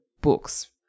books